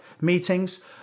meetings